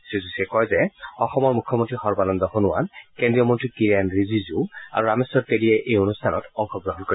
শ্ৰীযোশীয়ে কয় যে অসমৰ মুখ্যমন্ত্ৰী সৰ্বানন্দ সোণোৱাল কেন্দ্ৰীয় মন্ত্ৰী কিৰেণ ৰিজিজু আৰু ৰামেশ্বৰ তেলীয়ে এই অনুষ্ঠানত অংশগ্ৰহণ কৰিব